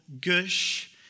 gush